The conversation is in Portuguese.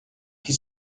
que